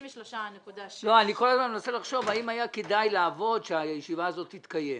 אני כל הזמן מנסה לחשוב האם היה כדאי לעבוד שהישיבה הזאת תתקיים.